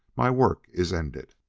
my work is ended.